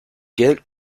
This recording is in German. geld